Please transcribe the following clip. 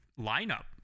lineup